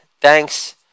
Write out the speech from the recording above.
Thanks